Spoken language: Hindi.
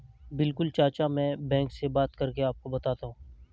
बिल्कुल चाचा में बैंक से बात करके आपको बताता हूं